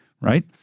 right